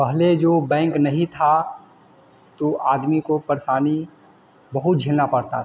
पहले जो बैंक नहीं था तो आदमी को परेशानी बहुत झेलना पड़ता था